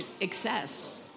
excess